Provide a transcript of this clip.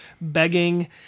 begging